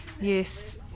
Yes